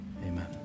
amen